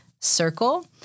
circle